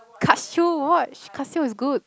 Casio watch Casio is good